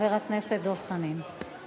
חבר הכנסת דב חנין.